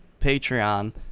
Patreon